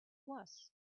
was